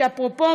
ואפרופו,